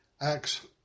Acts